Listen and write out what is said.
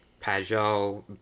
Pajot